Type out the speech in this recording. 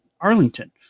Arlington